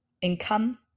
income